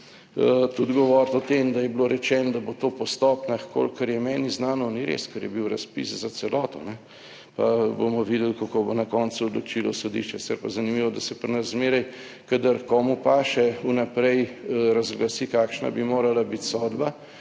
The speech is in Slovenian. Tudi govoriti o tem, da je bilo rečeno, da bo to po stopnjah. V kolikor je meni znano, ni res, ker je bil razpis za celoto. Bomo videli kako bo na koncu odločilo sodišče. Sicer pa zanimivo, da se pri nas zmeraj, kadar komu paše vnaprej razglasi, kakšna bi morala biti sodba.